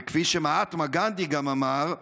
וכפי שמהטמה גנדי אמר: